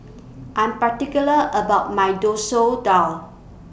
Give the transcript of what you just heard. I'm particular about My Dosoor Dal